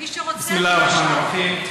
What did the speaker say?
מי שרוצח, בסם אללה א-רחמאן א-רחים.